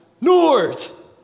north